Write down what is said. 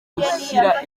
gushyira